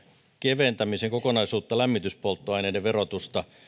keventämisen kokonaisuutta lämmityspolttoaineiden verotusta